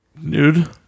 Nude